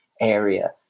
area